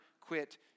quit